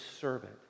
servant